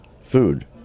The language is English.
food